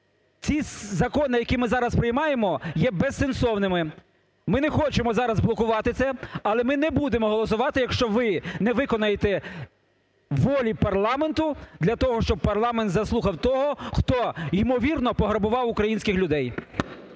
Ці закони, які ми зараз приймаємо, є безсенсовними. Ми не хочемо зараз блокувати це, але ми не будемо голосувати, якщо ви не виконаєте волі парламенту для того, щоб парламент заслухав того, хто, ймовірно, пограбував українських людей.